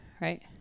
right